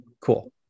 cool